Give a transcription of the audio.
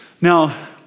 Now